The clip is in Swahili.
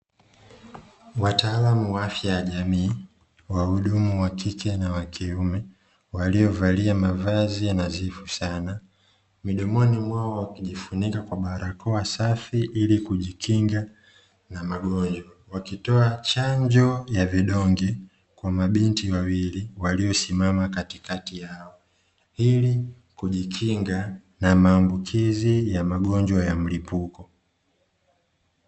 Wataalamu wa afya ya jamii wahudumu wakike na wakiume waliovalia mavazi nadhifu sana midomoni mwao wakijifunika kwa barakoa safi ili kujikinga na magonjwa wakitoa chanjo ya vidonge kwa mabinti wawili walio simama katikati yao ili kujikinga na maambukizi ya magonjwa ya mLipuko.